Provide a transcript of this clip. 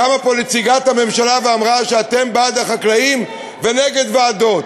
קמה פה נציגת הממשלה שאמרה שאתם בעד החקלאים ונגד ועדות.